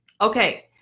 Okay